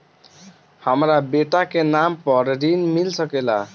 हमरा बेटा के नाम पर ऋण मिल सकेला?